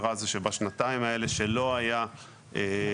בשנתיים האלה שלא היה ביקוש